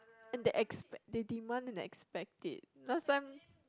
and they expect they demand and expect it last time